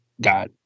got